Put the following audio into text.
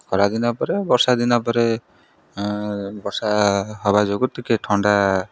ଖରାଦିନ ପରେ ବର୍ଷା ଦିନ ପରେ ବର୍ଷା ହବା ଯୋଗୁଁ ଟିକେ ଥଣ୍ଡା